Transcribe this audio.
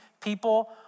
people